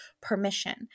permission